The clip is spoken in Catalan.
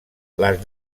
les